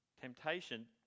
Temptation